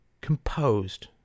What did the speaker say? composed